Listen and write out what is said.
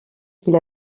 qu’il